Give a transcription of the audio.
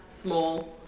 Small